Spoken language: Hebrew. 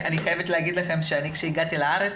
אני חייבת לומר לכם שכשהגעתי לארץ,